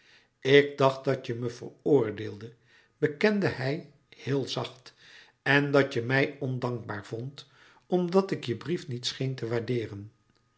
ik dacht dat je me veroordeelde bekende hij heel zacht en dat je mij ondankbaar vondt omdat ik je brief niet scheen te waardeeren